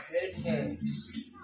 headphones